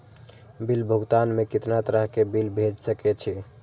Bill भुगतान में कितना तरह के बिल भेज सके छी?